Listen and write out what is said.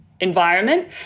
environment